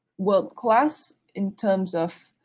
world-class in terms of.